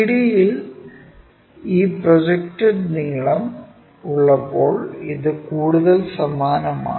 3 ഡിയിൽ ഈ പ്രൊജക്റ്റെഡ് നീളം ഉള്ളപ്പോൾ ഇത് കൂടുതൽ സമാനമാണ്